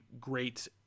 great